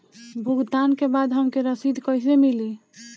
भुगतान के बाद हमके रसीद कईसे मिली?